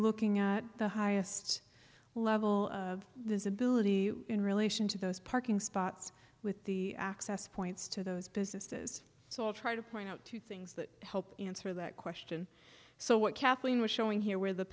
looking at the highest level of this ability in relation to those parking spots with the access points to those businesses so i'll try to point out two things that help answer that question so what kathleen was showing here where the